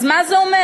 אז מה זה אומר?